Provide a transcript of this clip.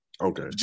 Okay